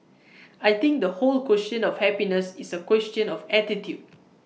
I think the whole question of happiness is A question of attitude